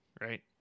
right